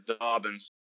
Dobbin's